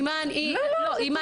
אימאן, לא.